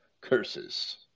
curses